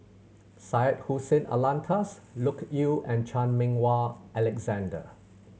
Syed Hussein Alatas Loke Yew and Chan Meng Wah Alexander